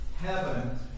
heaven